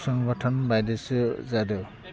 संग'थन बायदिसो जादो